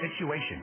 situation